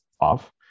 off